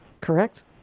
correct